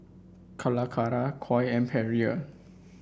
Calacara Koi and Perrier